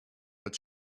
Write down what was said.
but